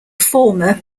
former